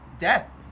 Death